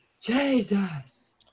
Jesus